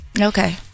Okay